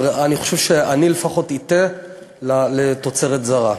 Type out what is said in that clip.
אני חושב שאני לפחות אטה לתוצרת זרה,